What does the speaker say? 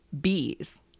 Bees